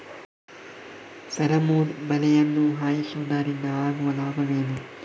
Pheromone ಬಲೆಯನ್ನು ಹಾಯಿಸುವುದರಿಂದ ಆಗುವ ಲಾಭವೇನು?